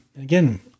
Again